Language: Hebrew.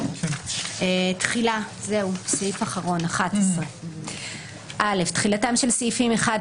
תחילה 11. (א)תחילתם של סעיפים 1,